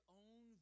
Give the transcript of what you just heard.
own